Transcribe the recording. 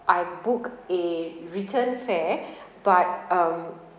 I book a return fare but um